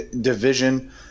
division